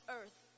earth